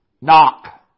knock